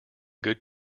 good